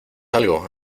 algo